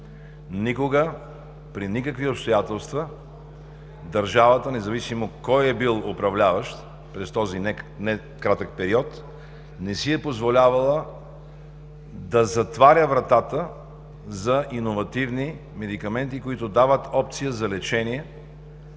никога, при никакви обстоятелства държавата, независимо кой е бил управляващ през този некратък период, не си е позволявала да затваря вратата за иновативни медикаменти, които дават опция за лечение